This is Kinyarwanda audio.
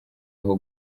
aho